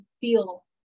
feel